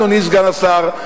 אדוני סגן השר,